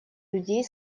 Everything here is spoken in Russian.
людей